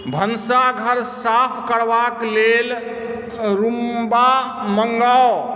भनसाघर साफ करबाक लेल रूम्बा मँगाउ